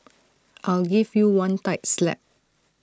I'll give you one tight slap